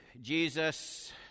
Jesus